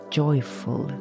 joyful